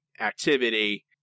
activity